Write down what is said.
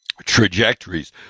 trajectories